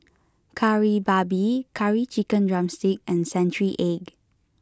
Kari Babi Curry Chicken Drumstick and Century Egg